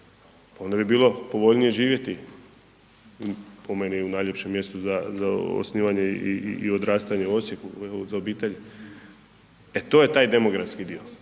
onda bi bilo povoljnije živjeti po meni u najljepšem mjestu za, za osnivanje i, i, i odrastanje u Osijeku uz obitelj, e to je taj demografski dio